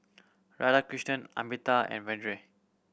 Radhakrishnan Amitabh and Vedre